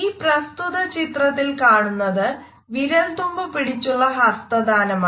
ഈ പ്രസ്തുത ചിത്രത്തിൽ കാണുന്നത് വിരൽത്തുമ്പു പിടിച്ചുള്ള ഹസ്തദാനമാണ്